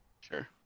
Sure